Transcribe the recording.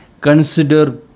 consider